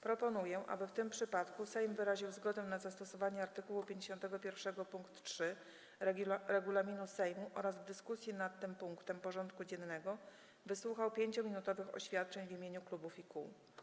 Proponuję, aby w tym przypadku Sejm wyraził zgodę na zastosowanie art. 51 pkt 3 regulaminu Sejmu oraz w dyskusji nad tym punktem porządku dziennego wysłuchał 5-minutowych oświadczeń w imieniu klubów i kół.